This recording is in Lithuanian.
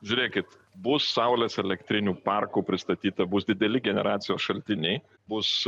žiūrėkit bus saulės elektrinių parkų pristatyta bus dideli generacijos šaltiniai bus